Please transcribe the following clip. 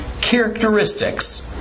characteristics